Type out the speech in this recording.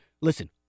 listen